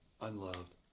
Unloved